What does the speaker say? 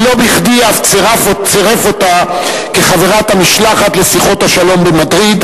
ולא בכדי אף צירף אותה כחברת המשלחת לשיחות השלום במדריד,